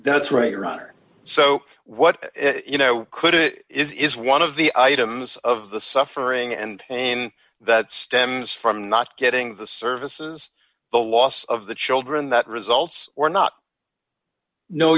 that's right your honor so what you know could it is one of the items of the suffering and pain that stems from not getting the services the loss of the children that results or not kno